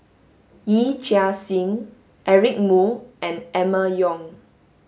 Yee Chia Hsing Eric Moo and Emma Yong